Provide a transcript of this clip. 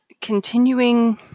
continuing